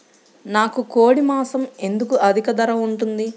నాకు కోడి మాసం ఎందుకు అధిక ధర ఉంటుంది?